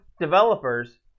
developers